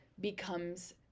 becomes